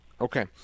Okay